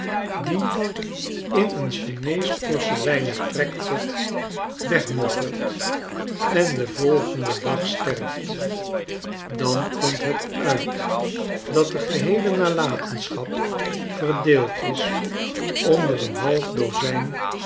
dien in een chineesch porseleinen trekpot wegmofmt en den volgenden dag sterft dan komt het uit dat de geheele nalatenschap verdeeld is onder een half dozijn